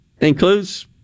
includes